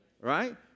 right